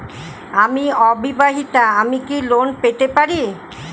আমি অবিবাহিতা আমি কি লোন পেতে পারি?